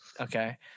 Okay